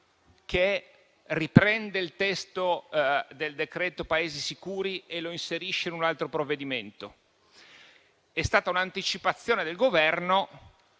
che riprende il testo del decreto Paesi sicuri e lo inserisce in un altro provvedimento. È stata un'anticipazione del Governo,